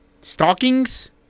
stockings